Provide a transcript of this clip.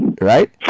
right